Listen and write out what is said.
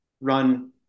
run